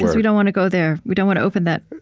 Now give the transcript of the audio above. we don't want to go there. we don't want to open that,